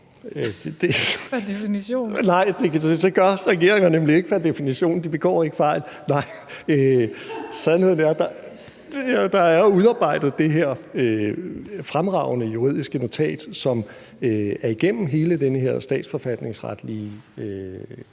Nej, det gør regeringer nemlig ikke pr. definition. De begår ikke fejl. (Munterhed). Nej, sandheden er, at der er udarbejdet det her fremragende juridiske notat, som er igennem hele den her statsforfatningsretlige